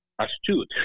Astute